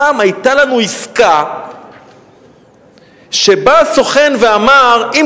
פעם היתה לנו עסקה שבא סוכן ואמר: אם